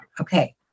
okay